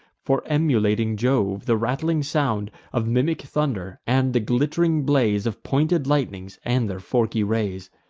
for emulating jove the rattling sound of mimic thunder, and the glitt'ring blaze of pointed lightnings, and their forky rays.